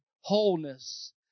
wholeness